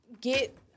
get